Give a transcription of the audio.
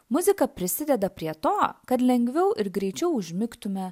muzika prisideda prie to kad lengviau ir greičiau užmigtume